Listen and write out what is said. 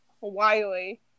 Wiley